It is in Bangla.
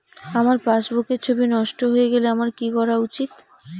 আমার পাসবুকের ছবি নষ্ট হয়ে গেলে আমার কী করা উচিৎ?